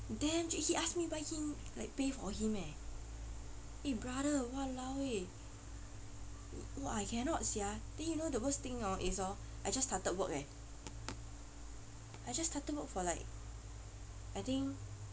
then he asked me buy him like pay for him eh eh brother !walao! eh !wah! I cannot sia then you know the worst thing hor is hor I just started work eh I just started work for like I think